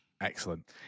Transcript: Excellent